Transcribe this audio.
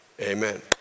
amen